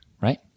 Right